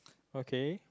okay